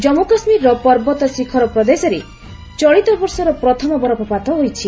ଜଜ୍ମ୍ମ କାଶ୍କୀର ପର୍ବତ ଶୀଖର ପ୍ରଦେଶରେ ଚଳିତବର୍ଷର ପ୍ରଥମ ବରଫପାତ ହୋଇଛି